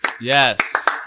Yes